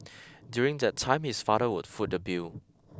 during that time his father would foot the bill